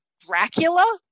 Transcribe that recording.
dracula